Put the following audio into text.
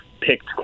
picked